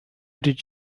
did